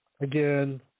again